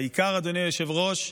והעיקר, אדוני היושב-ראש,